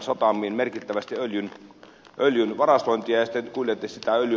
satamiin merkittävästi öljyn varastointia ja sitten sitä öljyä kuljetetaan maailmanmarkkinoille